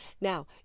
Now